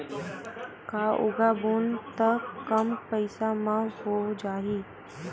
का उगाबोन त कम पईसा म हो जाही?